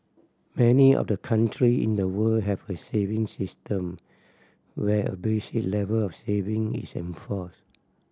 many of the country in the world have a savings system where a basic level of saving is enforced